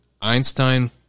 Einstein